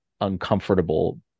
uncomfortable